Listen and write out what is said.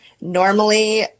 Normally